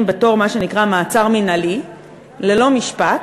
בתור מה שנקרא מעצר מינהלי ללא משפט,